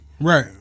Right